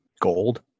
Gold